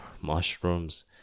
mushrooms